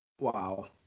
Wow